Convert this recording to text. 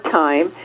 time